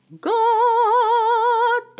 God